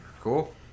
Cool